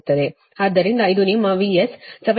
ಆದ್ದರಿಂದ ಇದು ನಿಮ್ಮ VS 7